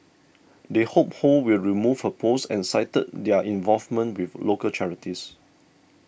they hope Ho will remove her post and cited their involvement with local charities